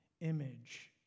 image